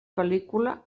pel·lícula